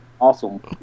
awesome